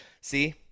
see